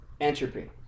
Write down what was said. entropy